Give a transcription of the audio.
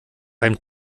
beim